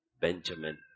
Benjamin